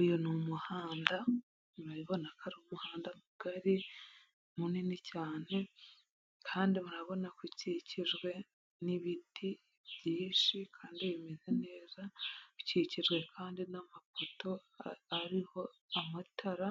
Uyu ni umuhanda, urabibona ko ari umuhanda mugari, munini cyane kandi murabona ko ukikijwe n'ibiti byinshi kandi bimeze neza, bikikijwe kandi n'amapoto ariho amatara,